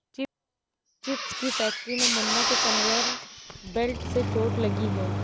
chips की factory में मुन्ना को कन्वेयर बेल्ट से चोट लगी है